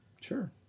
Sure